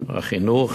החינוך